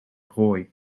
prooi